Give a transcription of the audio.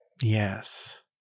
Yes